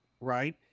right